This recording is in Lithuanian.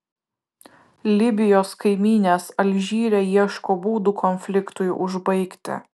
libijos kaimynės alžyre ieško būdų konfliktui užbaigti